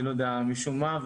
אני לא יודע משום מה,